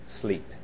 sleep